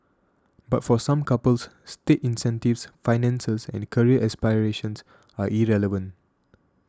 but for some couples state incentives finances and career aspirations are irrelevant